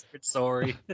sorry